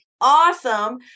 awesome